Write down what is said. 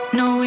no